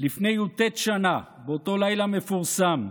"לפני י"ט שנה, באותו לילה מפורסם,